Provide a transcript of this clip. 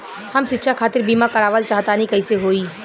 हम शिक्षा खातिर बीमा करावल चाहऽ तनि कइसे होई?